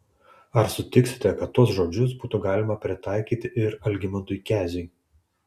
ar sutiksite kad tuos žodžius būtų galima pritaikyti ir algimantui keziui